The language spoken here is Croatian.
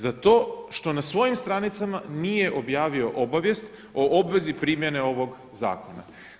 Za to što na svojim stranicama nije objavio obavijest o obvezi primjene ovog zakona.